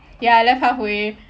ya I left halfway